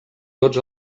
tots